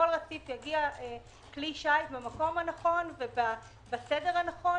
רציף יגיע כלי שיט במקום הנכון ובסדר הנכון.